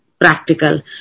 practical